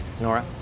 Nora